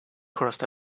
crossed